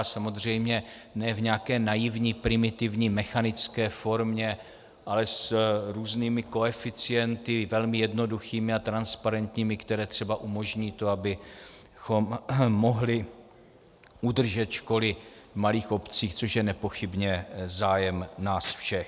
Samozřejmě ne v nějaké naivní, primitivní, mechanické formě, ale s různými koeficienty, velmi jednoduchými a transparentními, které třeba umožní to, abychom mohli udržet školy v malých obcích, což je nepochybně zájem nás všech.